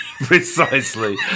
Precisely